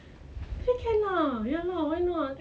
sure can lah you know why not